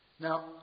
Now